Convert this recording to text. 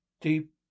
deep